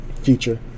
future